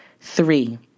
Three